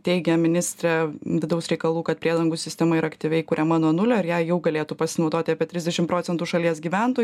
teigia ministrė vidaus reikalų kad priedangų sistema yra aktyviai kuriama nuo nulio ir ja jau galėtų pasinaudoti apie trisdešim procentų šalies gyventojų